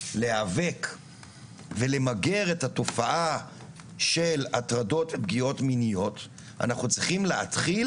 להיאבק ולמגר את התופעה של הטרדות ופגיעות מיניות אנחנו צריכים להתחיל